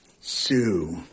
Sue